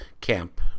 Camp